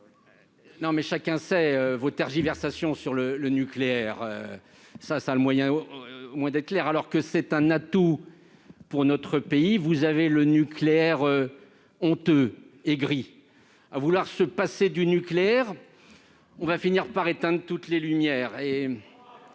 d'État. Chacun sait vos tergiversations sur le nucléaire. Pour notre part, nous sommes au clair sur la question. Alors que c'est un atout pour notre pays, vous avez le nucléaire honteux, aigri. À vouloir se passer du nucléaire, on va finir par éteindre toutes les lumières.